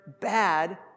bad